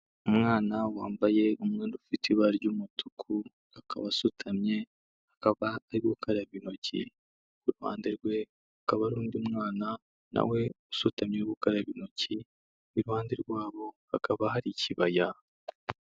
Umwana wambaye umwenda ufite ibara ry'umutuku akaba asutamye, akaba ari gukaraba intoki, iruhande rwe akaba ari undi mwana na we usutamye uri gukaraba intoki. iruhande rw'abo hakaba hari ikibaya.